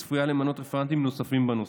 והיא צפויה למנות רפרנטים נוספים בנושא.